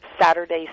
Saturday